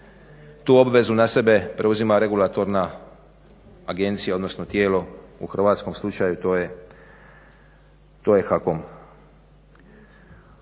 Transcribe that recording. Tu obvezu na sebe preuzima Regulatorna agencija, odnosno tijelo, u hrvatskom slučaju to je HAKOM.